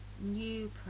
new